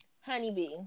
Honeybee